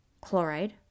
chloride